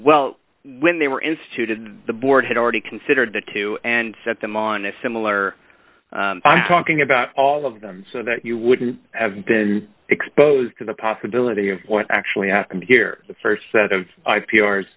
well when they were instituted the board had already considered the two and set them on a similar i'm talking about all of them so that you wouldn't have been exposed to the possibility of what actually happened here the st set of